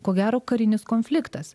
ko gero karinis konfliktas